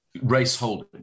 race-holding